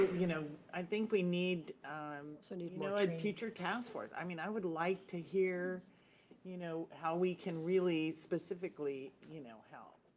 you know i think we need um so a you know ah teacher task force. i mean i would like to hear you know how we can really specifically you know help,